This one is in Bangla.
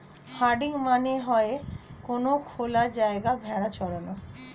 হার্ডিং মানে হয়ে কোনো খোলা জায়গায় ভেড়া চরানো